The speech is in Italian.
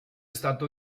stato